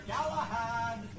Galahad